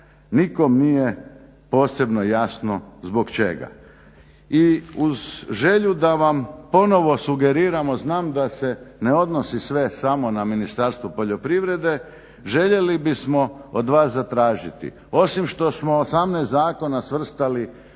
Nikom nije posebno jasno zbog čega. I uz želju da vam ponovo sugeriramo znam da se ne odnosi sve samo na Ministarstvo poljoprivrede željeli bismo od vas zatražiti osim što smo 18 zakona svrstali